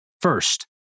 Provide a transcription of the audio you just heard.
first